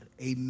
Amen